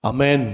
Amen